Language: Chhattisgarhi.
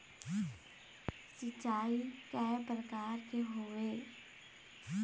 सिचाई कय प्रकार के होये?